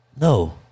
No